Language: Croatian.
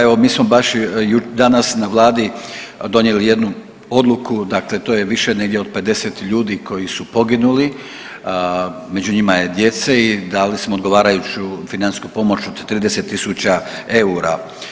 Evo mi smo baš danas na vladi donijeli jednu odluku, dakle to je više negdje od 50 ljudi koji su poginuli, među njima je djece i dali smo odgovarajuću financijsku pomoć od 30 tisuća eura.